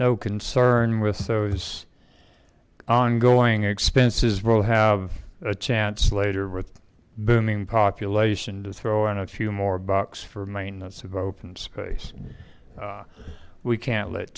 no concern with so it's ongoing expenses will have a chance later booming population to throw in a few more bucks for maintenance of open space we can't let